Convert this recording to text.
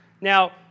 Now